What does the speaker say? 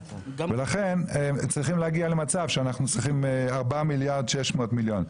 לכן צריכים להגיע למצב שאנחנו צריכים 4 מיליארד ו-600 מיליון.